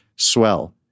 Swell